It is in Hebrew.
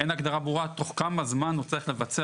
אין הגדרה ברורה תוך כמה זמן הוא צריך לבצע